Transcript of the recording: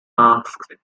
asked